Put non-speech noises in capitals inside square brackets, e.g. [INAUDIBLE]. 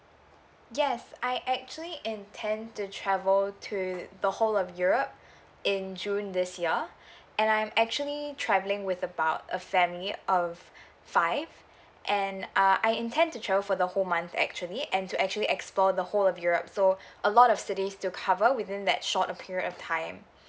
yes I actually intend to travel to the whole of europe [BREATH] in june this year [BREATH] and I'm actually travelling with about a family of five [BREATH] and uh I intend to travel for the whole month actually and to actually explore the whole of europe so [BREATH] a lot of cities to cover within that short period of time [BREATH]